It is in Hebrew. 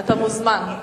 אתה מוזמן.